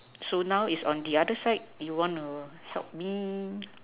so now is on the other side you want to help me